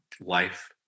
life